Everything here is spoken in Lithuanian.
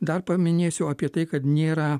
dar paminėsiu apie tai kad nėra